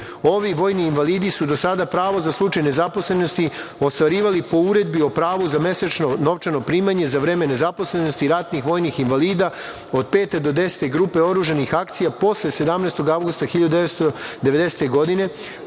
Ovi vojni invalidi su do sada pravo za slučaj nezaposlenosti ostvarivali po uredbi o pravu za mesečno novčano primanje za vreme nezaposlenosti ratnih vojnih invalida od pete do desete grupe oružanih akcija posle 17. avgusta 1990. godine